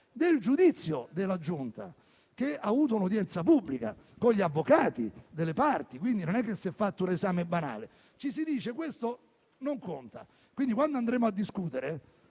del giudizio della Giunta, che ha avuto un'udienza pubblica, con gli avvocati delle parti, quindi non si è fatto un esame banale. Ci si dice che questo non conta, quindi andremo a discutere